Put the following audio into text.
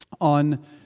on